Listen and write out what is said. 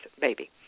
baby